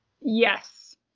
Yes